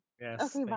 yes